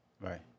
Right